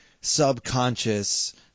subconscious